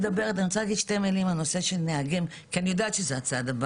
לגבי נהגים, ואני יודעת שזה הצעד הבא